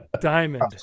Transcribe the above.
Diamond